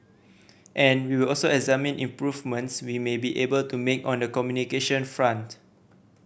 and we will also examine improvements we may be able to make on the communication front